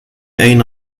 أين